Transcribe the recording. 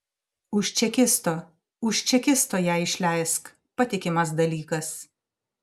už čekisto už čekisto ją išleisk patikimas dalykas